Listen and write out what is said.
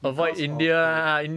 because of co~